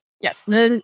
yes